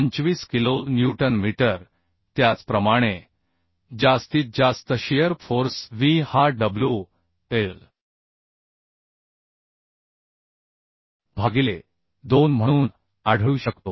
25 kilo newton metre त्याचप्रमाणे जास्तीत जास्त शिअर फोर्स V हा WL भागिले 2 म्हणून आढळू शकतो